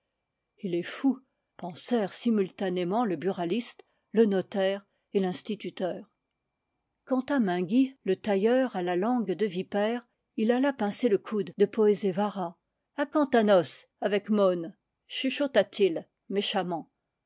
il est fou pensèrent simultanément le buraliste le notaire et l'instituteur quand à mainguy le tailleur à la langue de vipère il alla pincer le coude de poczcvara a quand ta noce avec môn chuchota t il méchamment